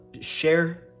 share